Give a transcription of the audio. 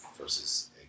versus